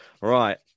Right